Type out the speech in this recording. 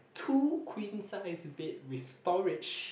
two queen size bed with storage